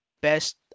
best